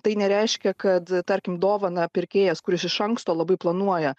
tai nereiškia kad tarkim dovaną pirkėjas kuris iš anksto labai planuoja